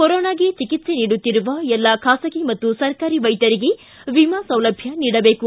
ಕೊರೋನಾಗೆ ಚಿಕಿತ್ಸೆ ನೀಡುತ್ತಿರುವ ಎಲ್ಲಾ ಖಾಸಗಿ ಹಾಗೂ ಸರ್ಕಾರಿ ವೈದ್ಯರಿಗೆ ವಿಮಾ ಸೌಲಭ್ದ ನೀಡಬೇಕು